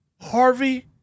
Harvey